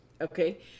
okay